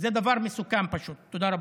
זה פשוט דבר מסוכן.